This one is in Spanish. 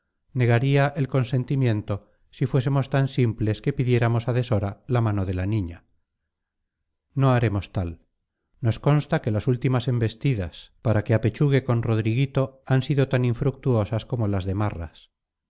negaría el consentimiento si fuésemos tan simples que pidiéramos a deshora la mano de la niña no haremos tal nos consta que las últimas embestidas para que apechugue con rodriguito han sido tan infructuosas como las de marras